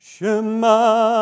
Shema